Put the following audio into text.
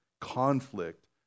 conflict